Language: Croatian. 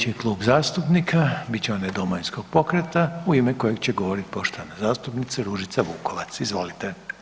Slijedeći Klub zastupnika bit će onaj Domovinskog pokreta u ime kojeg će govoriti poštovan zastupnica Ružica Vukovac, izvolite.